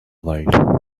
world